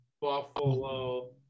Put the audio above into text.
Buffalo